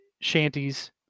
shanties